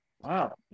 Wow